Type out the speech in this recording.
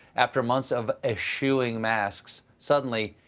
after months of eschewing masks, suddenly,